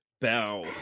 bow